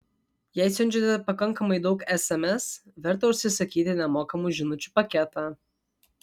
jei siunčiate pakankamai daug sms verta užsisakyti nemokamų žinučių paketą